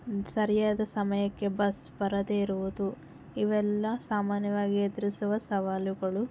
ಸರಿಯಾದ ಸಮಯಕ್ಕೆ ಬಸ್ ಬರದೆ ಇರುವುದು ಇವೆಲ್ಲ ಸಾಮಾನ್ಯವಾಗಿ ಎದುರಿಸುವ ಸವಾಲುಗಳು